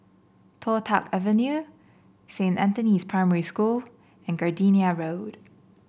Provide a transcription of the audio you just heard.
Toh Tuck Avenue Saint Anthony's Primary School and Gardenia Road